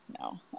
No